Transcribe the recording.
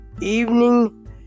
evening